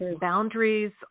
boundaries